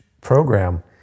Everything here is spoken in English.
program